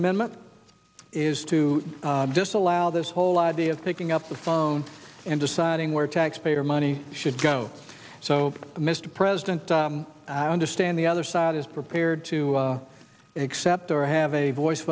amendment is to disallow this whole idea of picking up the phone and deciding where taxpayer money should go so mr president i understand the other side is prepared to accept or have a voice